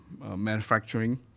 manufacturing